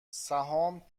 سهام